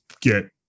get